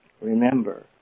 Remember